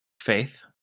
faith